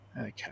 okay